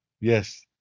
Yes